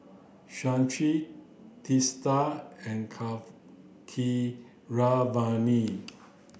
Shashi Teesta and